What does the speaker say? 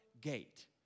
gate